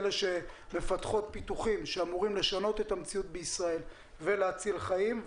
אלה שמפתחות פיתוחים שאמורים לשנות את המציאות בישראל ולהציל חיים.